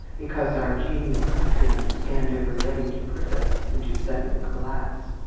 because our genial countrymen stand ever ready to prick us into sudden collapse.